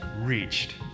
reached